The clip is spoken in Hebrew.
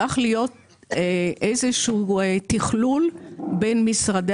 צריך להיות איזשהו תכלול בין משרדי